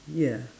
ya